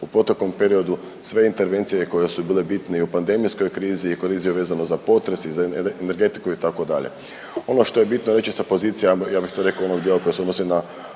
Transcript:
u proteklom periodu sve intervencije koje su bile bitne i u pandemijskoj krizi i u krizi vezano za potres i za energetiku itd. Ono što je bitno reći sa pozicija ja bih to rekao onog dijela koji se odnosi na